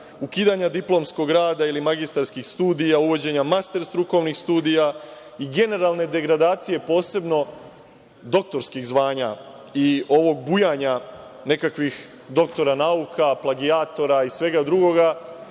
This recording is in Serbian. ukidanjem diplomskog rada ili magistarskih studija, uvođenja master strukovnih studija i generalne degradacije, posebno doktorskih zvanja i ovog bujanja nekakvih doktora nauka, plagijatora i svega drugoga,